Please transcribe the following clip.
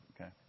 okay